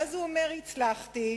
ואז הוא אומר: הצלחתי.